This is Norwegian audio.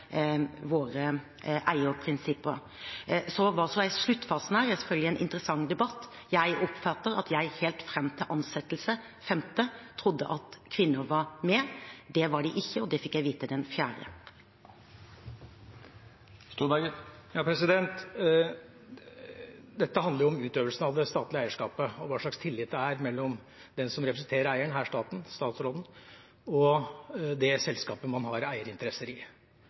våre eierprinsipper. Hva som skjedde i sluttfasen, er selvfølgelig en interessant debatt. Jeg oppfatter at jeg helt fram til ansettelse, den 5. mai, trodde at kvinner var med. Det var de ikke, og det fikk jeg vite den 4. mai. Dette handler om utøvelsen av det statlige eierskapet og hva slags tillit det er mellom den som representerer eieren, her statsråden, og selskapet man har eierinteresser i.